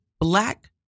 black